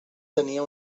tenia